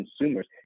consumers